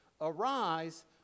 arise